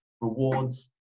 rewards